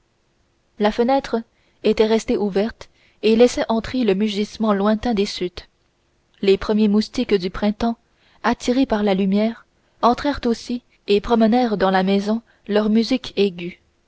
la fenêtre était restée ouverte et laissait entrer le mugissement lointain des chutes les premiers moustiques du printemps attirés par la lumière entrèrent aussi et promenèrent dans la maison leur musique aiguë